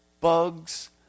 bugs